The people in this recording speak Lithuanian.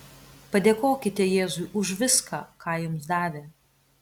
padėkokite jėzui už viską ką jums davė